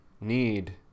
need